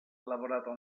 lavorato